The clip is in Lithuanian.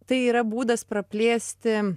tai yra būdas praplėsti